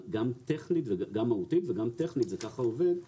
גם מהותית וגם טכנית, כך זה עובד.